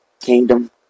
kingdom